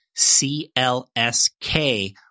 CLSK